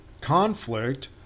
conflict